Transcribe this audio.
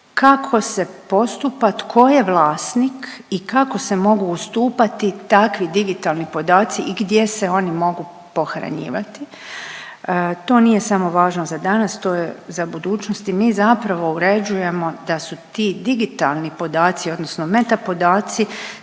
kako se postupa, tko je vlasnik i kako se mogu ustupati takvi digitalni podaci i gdje se oni mogu pohranjivati. To nije samo važno za danas, to je za budućnost i mi zapravo uređujemo da su ti digitalni podaci odnosno meta podaci